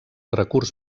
recurs